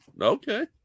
Okay